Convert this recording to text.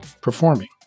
performing